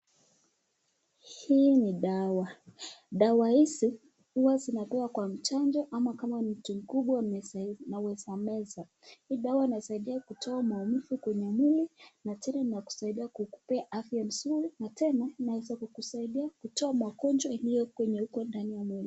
Hii ni dawa. Dawa hizi huwa zinapewa kwa mchanga ama kama ni mtu mkubwa anaweza meza. Hii dawa inasaidia kutoa maumivu kwenye mwili na tena inakusaidia kukupa afya mzuri na tena inaweza kukusaidia kutoa magonjwa iliyo kwenye uko ndani ya mwili.